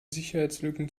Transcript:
sicherheitslücken